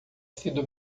sido